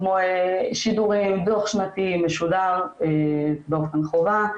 כמו שידורים, דו"ח שנתי משודר, באופן חובה,